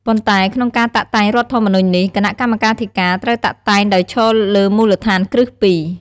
ប៉ុន្តែក្នុងការតាក់តែងរដ្ឋធម្មនុញ្ញនេះ គណៈកម្មាធិការត្រូវតាក់តែងដោយឈរលើមូលដ្ឋានគ្រឹះពីរ។